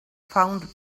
found